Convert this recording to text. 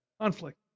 conflict